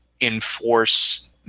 enforce